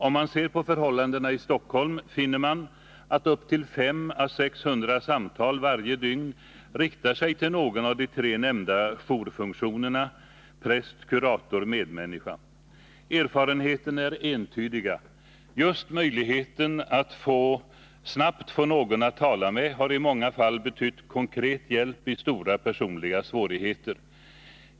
Om man ser på förhållandena i Stockholm finner man att upp till 500 eller 600 samtal varje dygn riktar sig till någon av de tre nämnda jourfunktionerna: präst, kurator, medmänniska. Erfarenheterna är entydiga — just möjligheten att snabbt få någon att tala med har i många fall betytt konkret hjälp i stora personliga svårigheter.